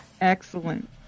Excellent